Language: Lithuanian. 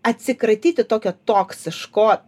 atsikratyti tokio toksiško